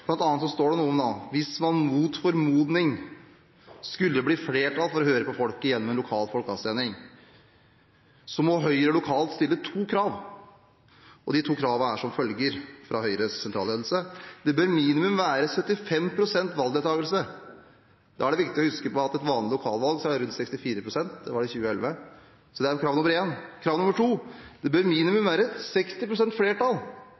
hvis det mot formodning skulle bli flertall for å høre på folket gjennom en lokal folkeavstemning, må Høyre lokalt stille to krav. De to kravene fra Høyres sentralledelse er som følger: «1. Det bør være minimum 75 % valgdeltagelse.» Da er det viktig å huske på at valgdeltagelsen ved et lokalvalg vanligvis er på rundt 64 pst. Det var den i 2011. Dette var krav nr. 1. Krav nr. 2 er at det bør minimum være 60 pst. flertall